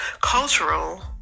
cultural